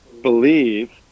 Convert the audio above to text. Believe